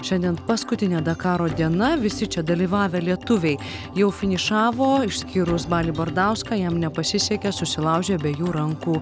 šiandien paskutinė dakaro diena visi čia dalyvavę lietuviai jau finišavo išskyrus balį bardauską jam nepasisekė susilaužė abiejų rankų